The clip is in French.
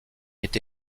est